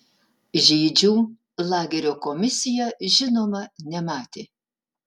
žydžių lagerio komisija žinoma nematė